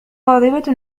غاضبة